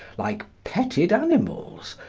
like petted animals,